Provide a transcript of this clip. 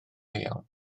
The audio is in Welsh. iawn